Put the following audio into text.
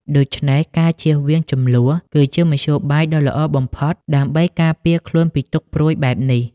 ដូច្នេះ ការជៀសវាងជម្លោះ គឺជាមធ្យោបាយដ៏ល្អបំផុតដើម្បីការពារខ្លួនពីទុក្ខព្រួយបែបនេះ។